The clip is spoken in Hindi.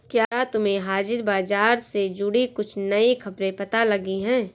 क्या तुम्हें हाजिर बाजार से जुड़ी कुछ नई खबरें पता लगी हैं?